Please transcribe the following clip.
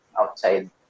outside